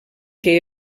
que